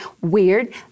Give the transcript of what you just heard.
weird